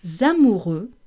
amoureux